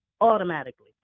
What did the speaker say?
automatically